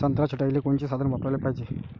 संत्रा छटाईले कोनचे साधन वापराले पाहिजे?